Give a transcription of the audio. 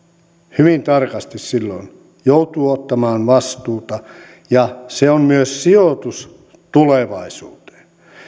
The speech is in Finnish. hyvin tarkasti silloin joutuu ottamaan vastuuta ja se on myös sijoitus tulevaisuuteen